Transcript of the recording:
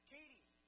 Katie